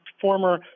former